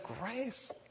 grace